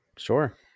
sure